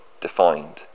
defined